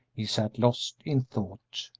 he sat lost in thought.